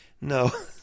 no